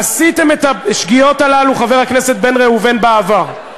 עשיתם את השגיאות האלה, חבר הכנסת בן ראובן, בעבר.